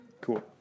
cool